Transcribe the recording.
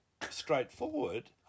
straightforward